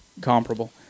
comparable